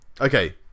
okay